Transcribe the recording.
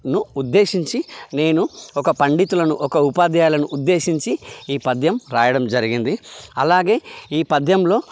ను ఉద్దేశించి నేను ఒక పండితులను ఒక ఉపధ్యాయులను ఉద్దేశించి ఈ పద్యం రాయడం జరిగింది అలాగే ఈ పద్యంలో